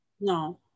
No